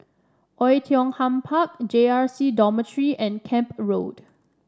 Oei Tiong Ham Park J R C Dormitory and Camp Road